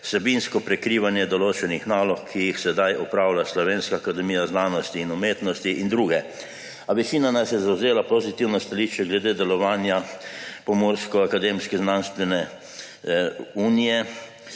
vsebinsko prekrivanje določenih nalog, ki jih sedaj opravlja Slovenska akademija znanosti in umetnosti in druge. A večina nas je zavzela pozitivno stališče glede delovanja Pomurske akademsko-znanstvene unije